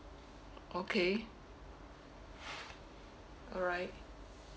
okay alright